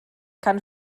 kann